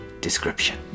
description